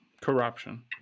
corruption